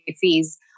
fees